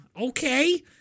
okay